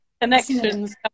connections